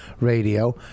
radio